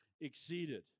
exceeded